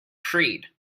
creed